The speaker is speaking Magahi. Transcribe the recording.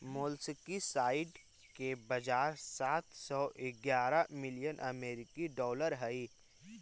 मोलस्कीसाइड के बाजार सात सौ ग्यारह मिलियन अमेरिकी डॉलर हई